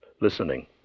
Listening